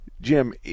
Jim